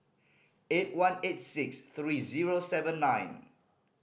eight one eight six three zero seven nine